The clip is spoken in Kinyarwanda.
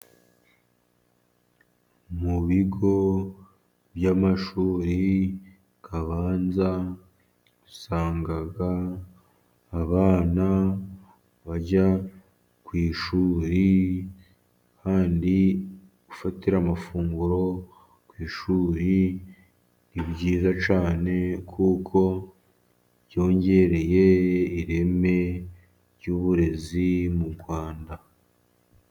Mu bigo by'amashuri abanza usanga abana bajya ku ishuri, kandi gufatira amafunguro ku ishuri ni byiza cyane, kuko byongereye ireme ry'uburezi mu Rwanda.